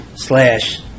slash